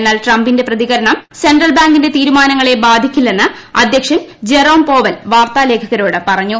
എന്നാൽ ട്രംപിന്റെ പ്രതികരണം സെൻട്രൽ ബാങ്കിന്റെ തീരുമാനങ്ങളെ ബാധിക്കില്ലെന്ന് വാർത്താലേഖകരോട് പറഞ്ഞു